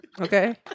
Okay